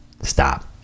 stop